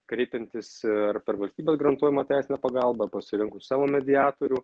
kreipiantis ar per valstybės garantuojamą teisinę pagalbą pasirinkus savo mediatorių